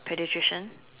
pediatrician